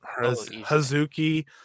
Hazuki